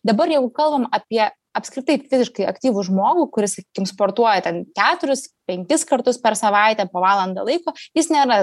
dabar jeigu kalbam apie apskritai fiziškai aktyvų žmogų kuris sakykim sportuoja ten keturis penkis kartus per savaitę po valandą laiko jis nėra